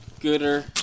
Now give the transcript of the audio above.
Gooder